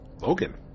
Logan